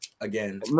Again